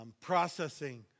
processing